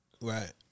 Right